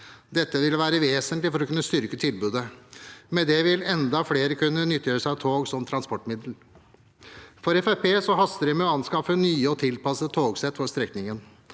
Dette vil være vesentlig for å kunne styrke tilbudet. Med det vil enda flere kunne nyttiggjøre seg tog som transportmiddel. For Fremskrittspartiet haster det med å anskaffe nye og tilpassede togsett for strekningen.